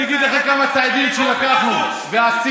אני אגיד לך כמה צעדים שלקחנו ועשינו.